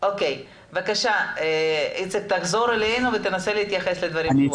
בבקשה איציק, תחזור אלינו ותנסה להתייחס לדברים.